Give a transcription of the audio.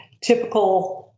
Typical